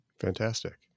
Fantastic